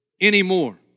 anymore